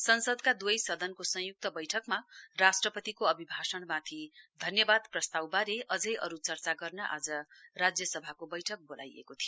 संसदका दुवै सदनको संयुक्त बैठकमा राष्ट्रपतिको अभिभाषणमाथि धन्यवाद प्रस्तावबारे अझै अरू चर्चा गर्न आज राज्यसभाको बैठक बोलाइएको थियो